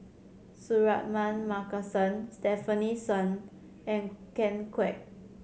Suratman Markasan Stefanie Sun and Ken Kwek